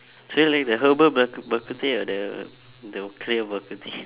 so you like the herbal bak~ bak-kut-teh or the the clear bak-kut-teh